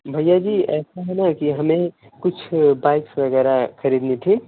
भैया जी ऐसा है ना कि हमें कुछ बाइक्स वगैरह खरीदनी थी